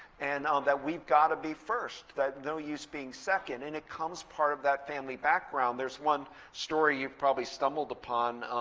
and um that we've got to be first, that no use being second. and it comes part of that family background. there's one story you've probably stumbled upon,